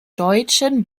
deutschen